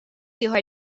ieħor